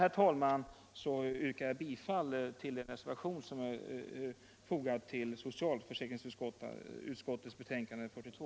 Med det anförda yrkar jag bifall till den reservation som är fogad till socialförsäkringsutskottets betänkande nr 42.